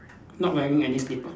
not wearing any slipper